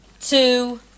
two